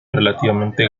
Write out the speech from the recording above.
relativamente